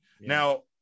Now